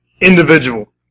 individual